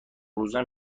روزم